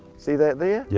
see that there? yeah